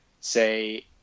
say